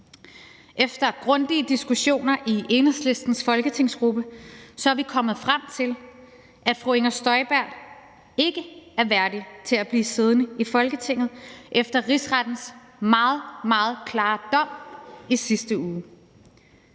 Efter grundige diskussioner i Enhedslistens folketingsgruppe er vi kommet frem til, at fru Inger Støjberg ikke er værdig til at blive siddende i Folketinget efter Rigsrettens meget, meget klare dom i sidste uge.